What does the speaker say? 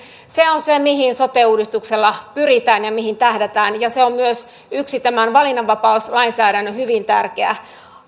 se on se mihin sote uudistuksella pyritään ja mihin tähdätään ja se on myös yksi tämän valinnanvapauslainsäädännön hyvin tärkeä